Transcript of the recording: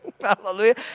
Hallelujah